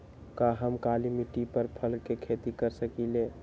का हम काली मिट्टी पर फल के खेती कर सकिले?